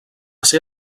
ser